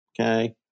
Okay